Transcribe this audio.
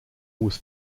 was